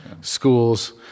schools